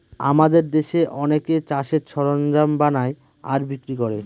আমাদের দেশে অনেকে চাষের সরঞ্জাম বানায় আর বিক্রি করে